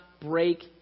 break